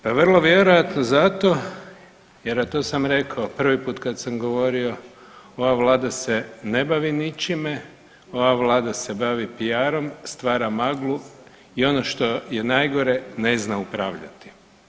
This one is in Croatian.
Pa vrlo vjerojatno zato jer, a to sam rekao prvi put kad sam govorio, ova Vlada se ne bavi ničime, ova Vlada se bavi PR-om, stvara maglu i ono što je najgore, ne zna upravljati.